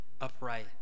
upright